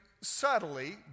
subtly